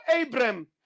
Abram